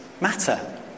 matter